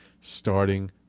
starting